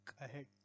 ahead